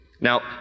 Now